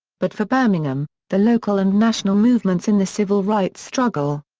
but for birmingham the local and national movements in the civil rights struggle.